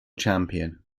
champion